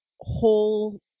whole